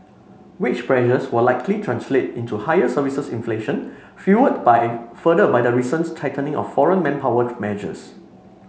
wage pressures will likely translate into higher services inflation fuelled by further by the recent tightening of foreign manpower measures